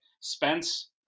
Spence